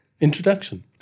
Introduction